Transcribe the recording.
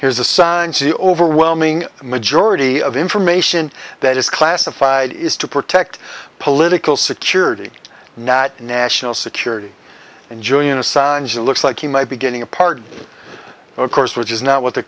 here's the science the overwhelming majority of information that is classified is to protect political security not national security and julian of songe it looks like he might be getting a pardon of course which is not what the